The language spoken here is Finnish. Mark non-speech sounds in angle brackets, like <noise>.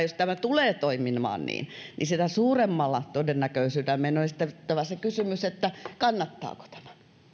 <unintelligible> jos tämä tulee toimimaan niin niin sitä suuremmalla todennäköisyydellä meidän on esitettävä se kysymys että kannattaako tämä